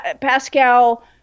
Pascal